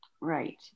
right